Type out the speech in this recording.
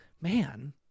man